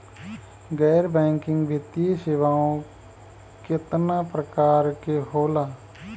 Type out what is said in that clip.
गैर बैंकिंग वित्तीय सेवाओं केतना प्रकार के होला?